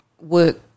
work